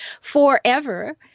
forever